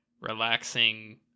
relaxing